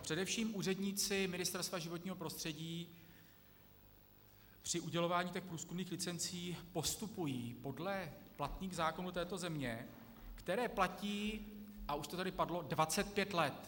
Především úředníci Ministerstva životního prostředí při udělování průzkumných licencí postupují podle platných zákonů této země, které platí, a už to tady padlo, 25 let.